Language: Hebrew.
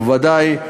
ובוודאי,